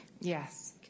Yes